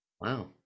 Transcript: Wow